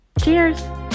cheers